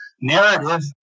narrative